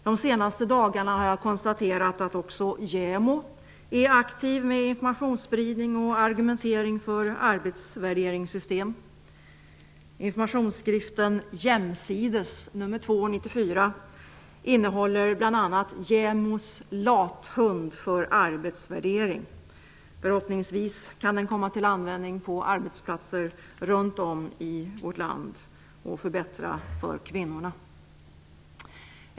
De senaste dagarna har jag konstaterat att också JämO är aktiv med informationsspridning och argumentering för arbetsvärderingssystem. Förhoppningsvis kan den komma till användning på arbetsplatser runt om i vårt land och förbättra för kvinnorna.